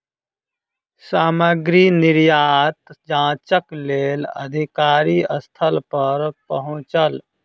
सामग्री निर्यात जांचक लेल अधिकारी स्थल पर पहुँचल